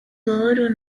louro